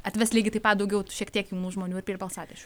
atves lygiai taip pat daugiau šiek tiek jaunų žmonių ir prie balsadėžių